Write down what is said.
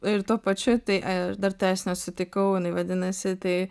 ir tuo pačiu tai aš dar tavęs nesutikau jinai vadinasi tai